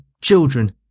children